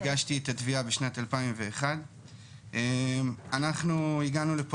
הגשתי את התביעה בשנת 2001. הגענו לפה